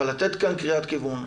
אבל לתת כאן קריאת כיוון,